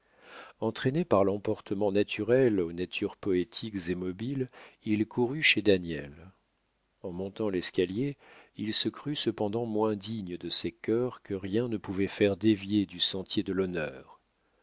entraîné par l'emportement naturel aux natures poétiques et mobiles il courut chez daniel en montant l'escalier il se crut cependant moins digne de ces cœurs que rien ne pouvait faire dévier du sentier de l'honneur